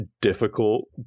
difficult